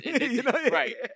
Right